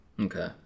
okay